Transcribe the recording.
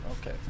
Okay